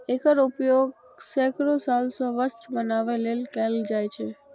एकर उपयोग सैकड़ो साल सं वस्त्र बनबै लेल कैल जाए छै